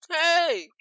Hey